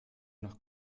noch